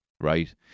right